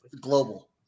Global